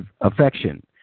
affection